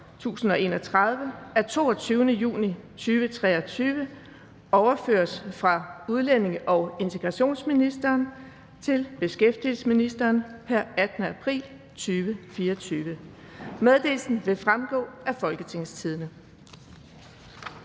1031 af 22. juni 2023, overføres fra udlændinge- og integrationsministeren til beskæftigelsesministeren pr. 18. april 2024. Meddelelsen vil fremgå af www.folketingstidende.dk